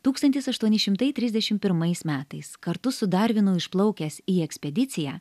tūkstantis aštuoni šimtai trisdešim pirmais metais kartu su darvinu išplaukęs į ekspediciją